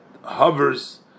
hovers